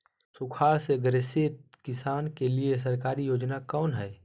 सुखाड़ से ग्रसित किसान के लिए सरकारी योजना कौन हय?